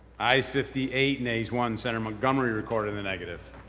ayes fifty eight, nays one, senator montgomery recorded in the negative.